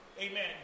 Amen